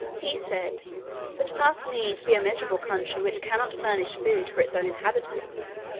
he said that must needs be a miserable country which cannot furnish food for its own inhabitants.